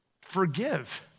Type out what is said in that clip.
forgive